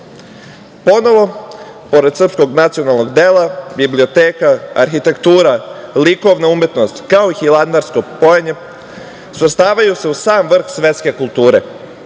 Ponovo, pored srpskog nacionalnog dela, biblioteka, arhitektura, likovna umetnost, kao hilandarsko pojenje, svrstavaju se u sam vrh svetske kulture